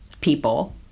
people